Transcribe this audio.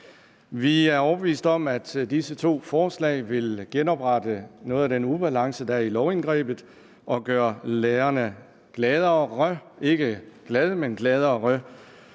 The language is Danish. Vi er overbevist om, at disse to forslag vil genoprette noget af den ubalance, der er i lovindgrebet og gøre lærerne gladere, ikke